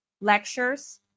lectures